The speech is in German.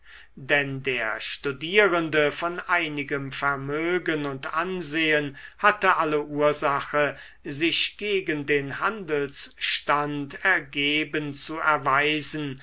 denn der studierende von einigem vermögen und ansehen hatte alle ursache sich gegen den handelsstand ergeben zu erweisen